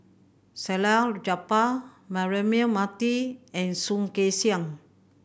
Salleh Japar Braema Mathi and Soh Kay Siang